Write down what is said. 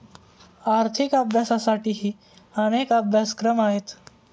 आर्थिक अभ्यासासाठीही अनेक अभ्यासक्रम आहेत